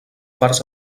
parts